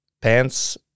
pants